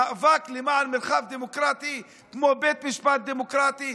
מאבק למען מרחב דמוקרטי כמו בית משפט דמוקרטי,